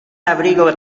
abrigo